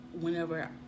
whenever